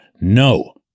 No